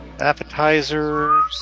appetizers